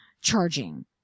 charging